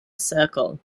circle